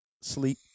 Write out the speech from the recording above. Sleep